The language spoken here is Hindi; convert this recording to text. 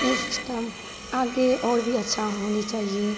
यह सिस्टम आगे और भी अच्छा होना चाहिए